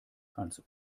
ans